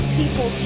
people